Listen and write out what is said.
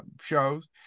shows